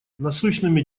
насущными